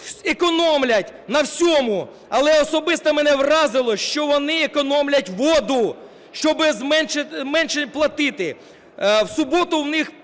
економлять на всьому. Але особисто мене вразило, що вони економлять воду, щоб менше платити. В суботу в них